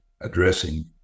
addressing